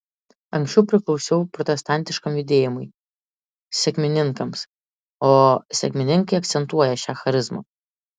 anksčiau priklausiau protestantiškam judėjimui sekmininkams o sekmininkai akcentuoja šią charizmą